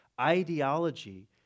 ideology